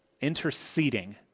Interceding